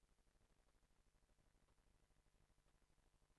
כך, הגענו לסוף